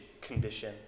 condition